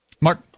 Mark